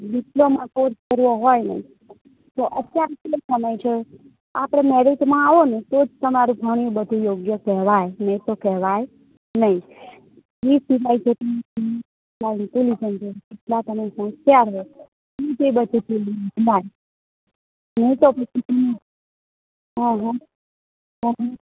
diploma course કરવો હોય ને તો અત્યારના સમયમાં જો આપણે મેરિટમાં આવો ને તો જ તમારે ઘણી બધી યોગ્ય કહેવાય નહીં તો ક્હેવાય નહીં કેટલા તમે ઇન્ટેલિજન્ટ છો કેટલા તમે હોંશિયાર છો એ બધું તમને કહેવાય નહીં તો પછી હા હા હા